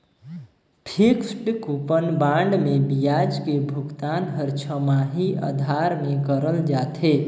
fixed coupon bond मे बियाज के भुगतान हर छमाही आधार में करल जाथे